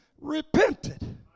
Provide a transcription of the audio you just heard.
repented